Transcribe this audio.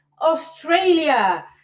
Australia